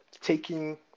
taking